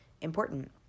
important